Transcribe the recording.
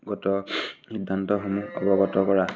কৌশলগত সিদ্ধান্তসমূহ অৱগত কৰা